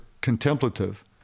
contemplative